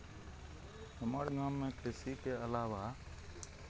हमर गाँवमे कृषिके अलावा